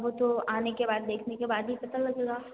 वह तो आने के बाद देखने के बाद ही पता लगेगा